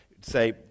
say